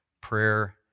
Prayer